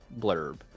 blurb